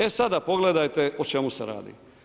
E sad pogledajte o čemu se radi.